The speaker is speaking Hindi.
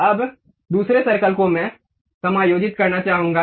अब दूसरे सर्कल को मैं समायोजित करना चाहूंगा